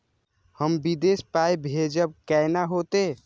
हम विदेश पाय भेजब कैना होते?